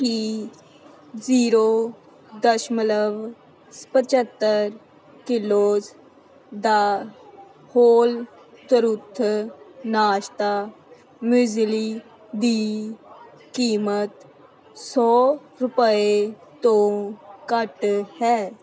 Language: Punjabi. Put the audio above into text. ਕੀ ਜ਼ੀਰੋ ਦਸ਼ਮਲਵ ਪੰਝੱਤਰ ਕਿਲੋਜ਼ ਦਾ ਹੋਲ ਟਰੁਥ ਨਾਸ਼ਤਾ ਮਜ਼ਲੀ ਦੀ ਕੀਮਤ ਸੌ ਰੁਪਏ ਤੋਂ ਘੱਟ ਹੈ